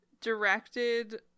directed